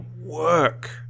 work